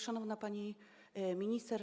Szanowna Pani Minister!